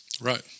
right